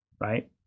right